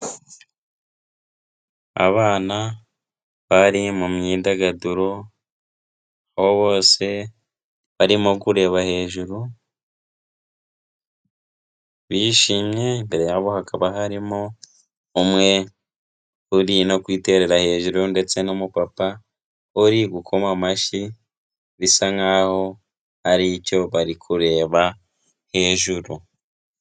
Abana bari mu myidagaduro aho bose barimo kureba hejuru, bishimye hakaba harimo umwe uri no kwiterera hejuru ndetse n'umupapa uri gukoma amashyi, bisa nkaho hari icyo bari kureba hejuru.